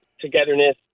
togetherness